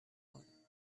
water